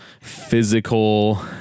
physical